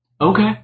Okay